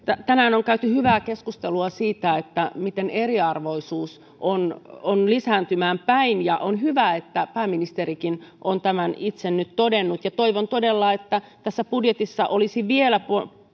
tänään on käyty hyvää keskustelua siitä miten eriarvoisuus on on lisääntymään päin on hyvä että pääministerikin on tämän itse nyt todennut toivon todella että tässä budjetissa olisi vielä